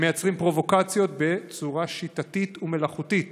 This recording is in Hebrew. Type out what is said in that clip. הם מייצרים פרובוקציות בצורה שיטתית ומלאכותית